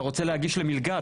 אתה רוצה להגיש למלגה,